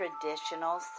traditional